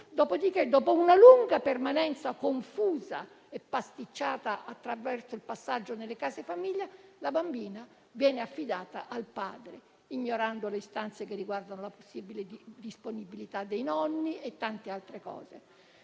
dopodiché, dopo una lunga permanenza, confusa e pasticciata, nelle case famiglia, la bambina viene affidata al padre, ignorando le istanze che riguardano la possibile disponibilità dei nonni e tante altre cose.